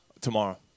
Tomorrow